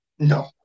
No